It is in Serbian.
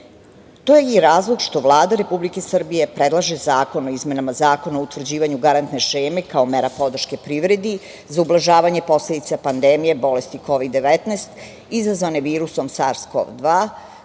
To je i razlog što Vlada Republike Srbije predlaže Zakon o izmenama Zakona o utvrđivanju garantne šeme kao mera podrške privredi za ublažavanje posledica pandemije bolesti Kovid-19 izazvane virusom SARS KoV-2,